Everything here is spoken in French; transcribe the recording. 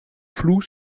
flou